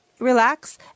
relax